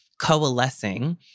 coalescing